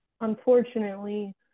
unfortunately